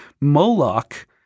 Moloch